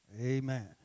Amen